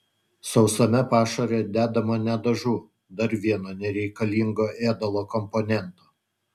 sausame pašare dedama net dažų dar vieno nereikalingo ėdalo komponento